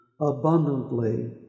abundantly